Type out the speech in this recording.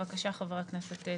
בבקשה, חבר הכנסת טסלר.